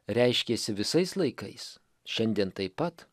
reiškėsi visais laikais šiandien taip pat